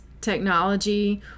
technology